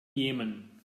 jemen